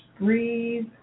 breathe